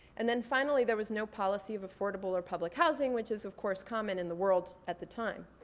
and then finally, there was no policy of affordable or public housing which is of course common in the world at the time.